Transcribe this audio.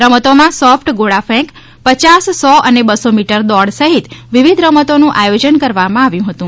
રમતોમાં સોફ્ટ ગોળા ફેંક પયાસ સો અને બસો મીટર મીટર દોડ સહિત વિવિધ રમતોનું આયોજન કરવામાં આવ્યું હતું